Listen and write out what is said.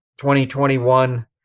2021